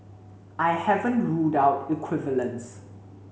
I haven't ruled out equivalence